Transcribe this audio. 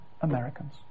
Americans